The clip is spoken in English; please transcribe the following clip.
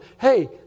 Hey